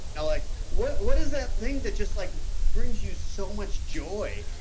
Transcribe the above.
like what what is that thing that just like brings you so much joy?